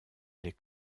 les